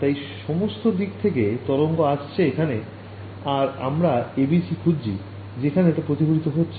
তাই সমস্ত দিক থেকে তরঙ্গ আসছে এখানে আর আমরা ABC খুজছি যেখানে এটা প্রতিফলিত হচ্ছে